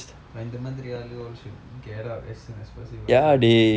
இந்த மாதிரி ஆள்:intha mathiri aal all should get out as soon as possible sia